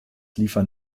liefern